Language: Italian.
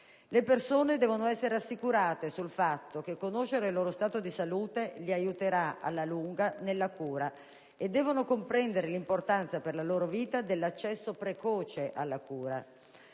Le persone devono essere rassicurate sul fatto che conoscere il loro stato di salute li aiuterà, alla lunga, nella cura, e devono comprendere l'importanza per la loro vita dell'accesso precoce alla cura.